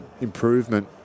improvement